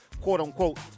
quote-unquote